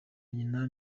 nyina